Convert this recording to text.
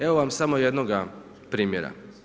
Evo vam samo jednoga primjera.